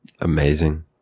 Amazing